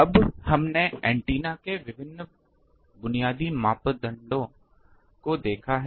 अब तक हमने एंटेना के विभिन्न बुनियादी मापदंडों को देखा है